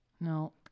No